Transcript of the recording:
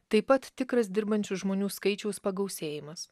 taip pat tikras dirbančių žmonių skaičiaus pagausėjimas